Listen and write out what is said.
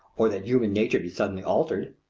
or that human nature be suddenly altered.